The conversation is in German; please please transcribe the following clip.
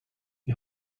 die